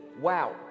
Wow